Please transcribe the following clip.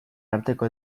arteko